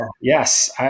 yes